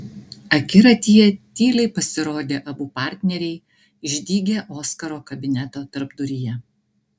akiratyje tyliai pasirodė abu partneriai išdygę oskaro kabineto tarpduryje